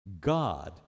God